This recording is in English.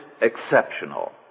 exceptional